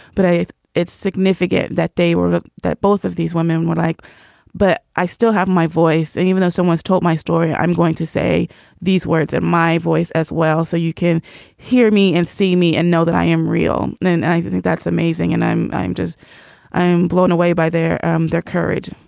but it's it's significant that they were that both of these women were like but i still have my voice. and even though someone's told my story i'm going to say these words in my voice as well so you can hear me and see me and know that i am real. and i think that's amazing and i'm i'm just i'm blown away by their um their courage